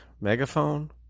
megaphone